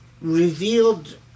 revealed